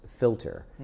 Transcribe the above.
filter